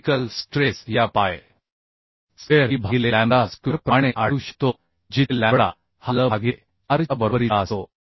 critical stress या Pi square E भागिले lambda स्क्वेअरप्रमाणे आढळू शकतो जिथे लॅम्बडा हा L भागिले r च्या बरोबरीचा असतो